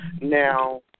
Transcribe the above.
Now